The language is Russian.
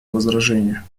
возражения